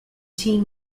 team